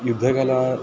युद्धकला